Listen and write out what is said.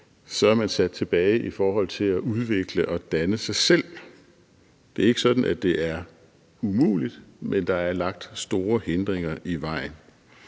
så er sat tilbage i forhold til at udvikle og danne sig selv. Det er ikke sådan, at det er umuligt, men der er lagt store hindringer i vejen.